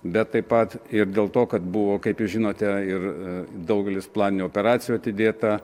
bet taip pat ir dėl to kad buvo kaip jūs žinote ir daugelis planinių operacijų atidėta